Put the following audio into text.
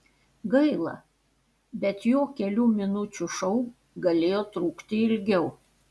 gaila bet jo kelių minučių šou galėjo trukti ilgiau